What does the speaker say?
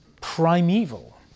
primeval